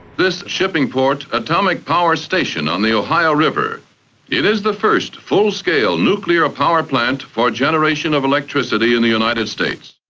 this shippingport atomic power station on the ohio river it is the first full-scale nuclear power plant for generation of electricity in the united states.